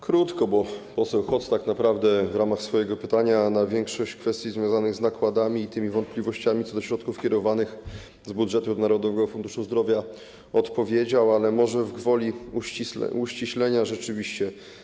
Krótko, bo poseł Hoc tak naprawdę w ramach swojego pytania na większość kwestii związanych z nakładami i tymi wątpliwościami co do środków kierowanych z budżetu Narodowego Funduszu Zdrowia odpowiedział, ale może gwoli uściślenia rzeczywiście.